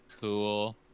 Cool